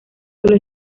solo